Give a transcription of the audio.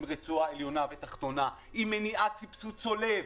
עם רצועה עליונה ותחתונה, עם מניעת סבסוד צולב,